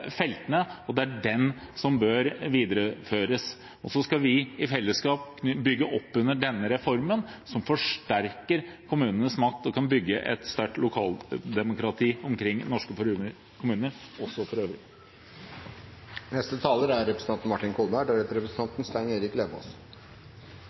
feltene. Det er dette som bør videreføres. Så skal vi i fellesskap bygge opp under denne reformen, som forsterker kommunenes makt og kan bygge et sterkt lokaldemokrati omkring norske kommuner, også for øvrig. Det var representanten